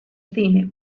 cine